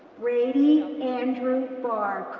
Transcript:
brady andrew barr,